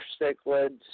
cichlids